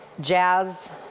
jazz